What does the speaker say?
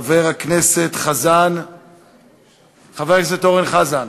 חבר הכנסת אורן חזן.